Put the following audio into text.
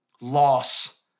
loss